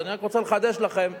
אז אני רק רוצה לחדש לכם,